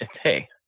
hey